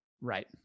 Right